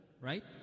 right